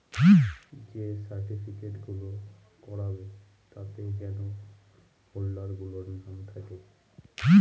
যে সার্টিফিকেট গুলো করাবে তাতে যেন হোল্ডার গুলোর নাম থাকে